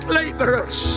laborers